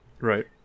Right